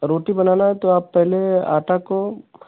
रोटी बनाना है तो आप पहले आटे को